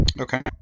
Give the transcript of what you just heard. Okay